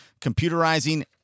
computerizing